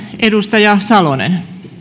edustaja salonen